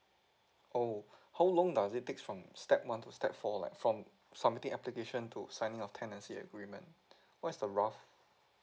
oh how long does it takes from step one to step four lah from submitting application to signing of tenancy agreement what's the rough